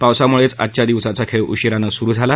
पावसामुळेच आजच्या दिवसाचा खेळ उशीरानं सुरु झाला